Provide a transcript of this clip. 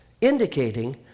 indicating